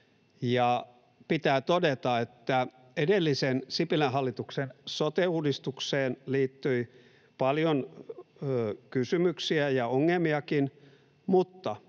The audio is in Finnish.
Pitää todeta, että edellisen, Sipilän hallituksen sote-uudistukseen liittyi paljon kysymyksiä ja ongelmiakin, mutta